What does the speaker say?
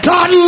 God